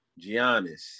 Giannis